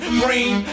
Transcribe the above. green